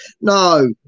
No